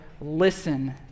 listen